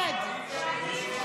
50 בעד, 55